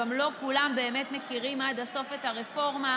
גם לא כולם באמת מכירים עד הסוף את הרפורמה,